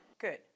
Good